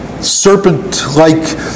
Serpent-like